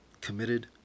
committed